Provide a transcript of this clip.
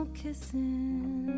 kissing